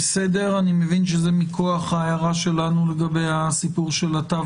אני מבין שזה מכוח ההערה שלנו לגבי הסיפור של התו